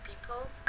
people